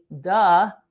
duh